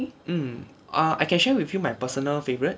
mm err I can share with you my personal favourite